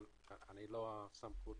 אבל אני לא הסמכות